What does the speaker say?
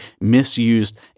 misused